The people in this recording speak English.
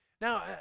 Now